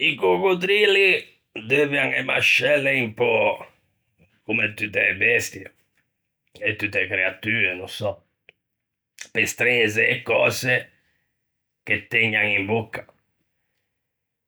I coccodrilli deuvian e mascelle un pö comme tutte e bestie, e tutte e creatue, no sò, pe strenze e cöse che tëgnan in bocca.